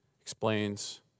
explains